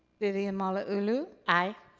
vivian malauulu. aye.